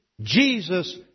Jesus